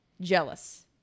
jealous